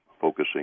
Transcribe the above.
focusing